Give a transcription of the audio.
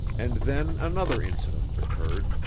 and then another incident occurred,